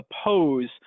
oppose